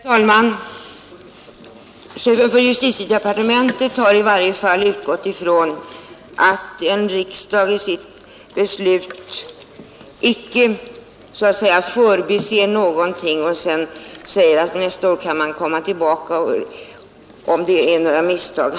Herr talman! I varje fall har chefen för justitiedepartementet utgått från att det icke skett något förbiseende i ett beslut av riksdagen, så att man nästa år skulle få lov att återkomma i frågan för att rätta till förbiseendet.